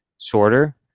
shorter